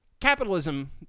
capitalism